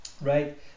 Right